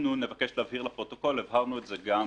נבקש להבהיר לפרוטוקול - הבהרנו את זה גם